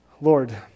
Lord